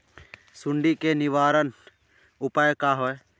सुंडी के निवारक उपाय का होए?